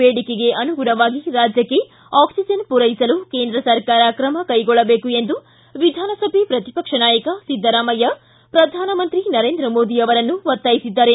ಬೇಡಿಕೆಗೆ ಅನುಗುಣವಾಗಿ ರಾಜ್ಯಕ್ಕೆ ಆಕ್ಸಿಜನ್ ಪೂರೈಸಲು ಕೇಂದ್ರ ಸರ್ಕಾರ ಕ್ರಮ ಕೈಗೊಳ್ಳಬೇಕು ಎಂದು ವಿಧಾನಸಭೆ ಪ್ರತಿಪಕ್ಷ ನಾಯಕ ಸಿದ್ದರಾಮಯ್ಯ ಪ್ರಧಾನಮಂತ್ರಿ ನರೇಂದ್ರ ಮೋದಿ ಅವರನ್ನು ಒತ್ತಾಯಿಸಿದ್ದಾರೆ